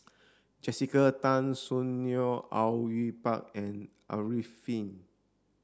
Jessica Tan Soon Neo Au Yue Pak and Arifin